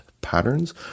patterns